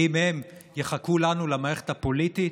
יחכו לנו, למערכת הפוליטית?